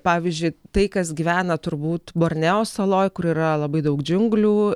pavyzdžiui tai kas gyvena turbūt borneo saloj kur yra labai daug džiunglių